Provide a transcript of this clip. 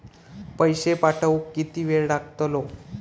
पैशे पाठवुक किती वेळ लागतलो?